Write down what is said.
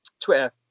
Twitter